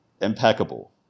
Impeccable